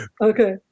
Okay